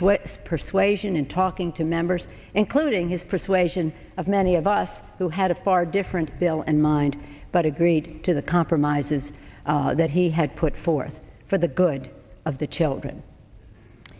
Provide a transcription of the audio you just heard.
what persuasion and talking to members including his persuasion of many of us who had a far different bill and mind but agreed to the compromises that he had put forth for the good of the children